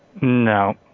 No